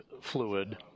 fluid